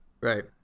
Right